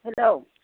hello